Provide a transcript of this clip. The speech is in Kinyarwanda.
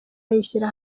ayishyira